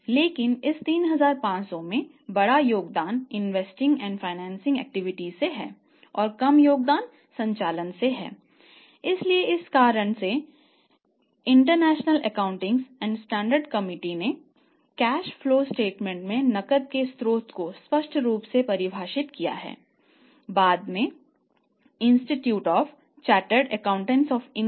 लेकिन इस 3500 में बड़ा योगदान इन्वेस्टिंग और फाइनेंसिंग एक्टिविटीज ने IASC के प्रारूप को स्वीकार कर लिया